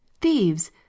Thieves